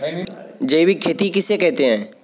जैविक खेती किसे कहते हैं?